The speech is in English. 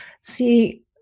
see